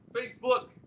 Facebook